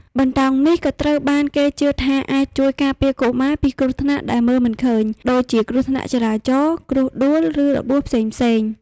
បន្តោងនេះក៏ត្រូវបានគេជឿថាអាចជួយការពារកុមារពីគ្រោះថ្នាក់ដែលមើលមិនឃើញ ដូចជាគ្រោះថ្នាក់ចរាចរណ៍ គ្រោះដួល ឬរបួសផ្សេងៗ។